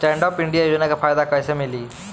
Stand up India योजना के फायदा कैसे मिली?